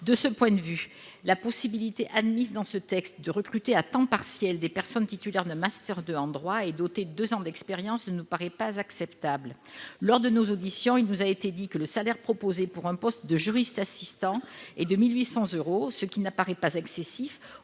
De ce point de vue, la possibilité ouverte par le présent texte de recruter à temps partiel des personnes titulaires d'un master 2 en droit et dotées de deux ans d'expérience ne nous paraît pas acceptable. Lors de nos auditions, il nous a été dit que le salaire proposé pour un poste de juriste assistant est de 1 800 euros, ce qui n'apparaît pas excessif